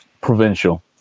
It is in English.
provincial